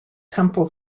temple